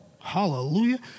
Hallelujah